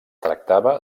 tractava